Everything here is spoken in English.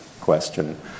question